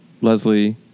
Leslie